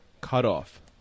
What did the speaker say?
cutoff